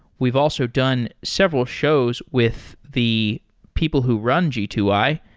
we've also done several shows with the people who run g two i,